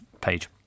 page